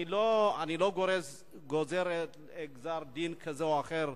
אני לא גוזר דין כזה או אחר,